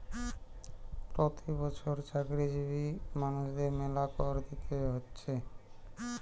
প্রতি বছর চাকরিজীবী মানুষদের মেলা কর দিতে হতিছে